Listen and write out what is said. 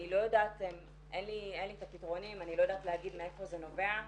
אני לא יודעת להגיד מאיפה זה נובע,